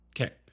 Okay